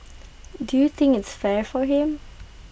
do you think its fair for him